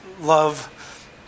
love